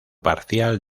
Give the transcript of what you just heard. parcial